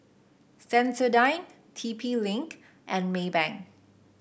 Sensodyne T P Link and Maybank